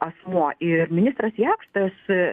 asmuo ir ministras jakštas